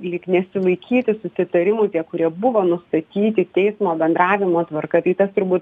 lyg nesilaikyti susitarimų tie kurie buvo nustatyti teismo bendravimo tvarka kai tas turbūt